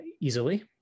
easily